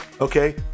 Okay